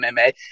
MMA